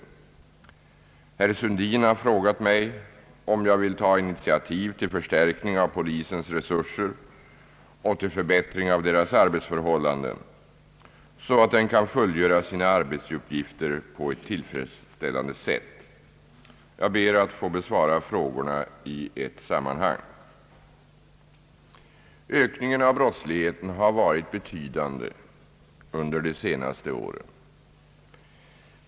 Herr Sundin har frågat mig om jag vill ta initiativ till förstärkning av polisens resurser och till förbättring av dess arbetsförhållanden, så att den kan fullgöra sina arbetsuppgifter på ett tillfredsställande sätt. Jag ber att få besvara frågorna i ett sammanhang. Ökningen av brottsligheten har varit betydande under de senaste åren.